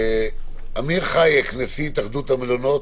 אמיר חייק, נשיא התאחדות המלונות.